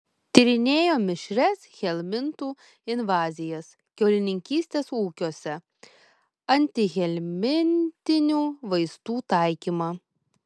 tyrinėjo mišrias helmintų invazijas kiaulininkystės ūkiuose antihelmintinių vaistų taikymą